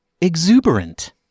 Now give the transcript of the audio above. exuberant